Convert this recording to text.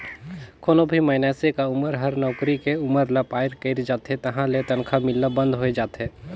कोनो भी मइनसे क उमर हर नउकरी के उमर ल पार कइर जाथे तहां ले तनखा मिलना बंद होय जाथे